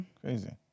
crazy